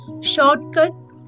shortcuts